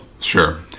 Sure